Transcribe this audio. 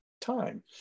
time